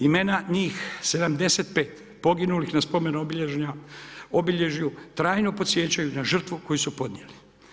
Imena njih, 75 poginulih na spomen obilježja, obilježju trajno podsjećaju na žrtvu koju su podnijeli.